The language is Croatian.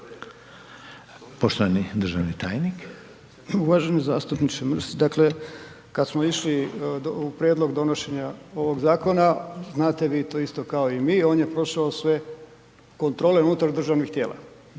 **Horvat, Mile (SDSS)** Uvaženi zastupniče, dakle kad smo išli u prijedlog donošenja ovog zakona, znate vi to isto kao i mi on je prošao sve kontrole unutar državnih tijela,